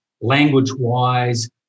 language-wise